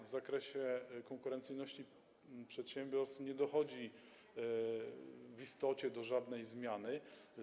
W zakresie konkurencyjności przedsiębiorstw nie dochodzi w istocie do żadnej zmiany.